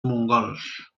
mongols